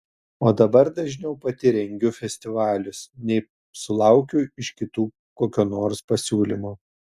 o dabar dažniau pati rengiu festivalius nei sulaukiu iš kitų kokio nors pasiūlymo